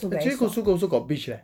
actually kusu also got beach leh